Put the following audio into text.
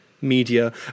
media